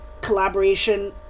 collaboration